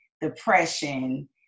depression